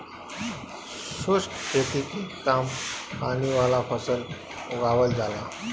शुष्क खेती में कम पानी वाला फसल उगावल जाला